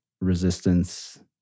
resistance